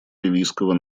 ливийского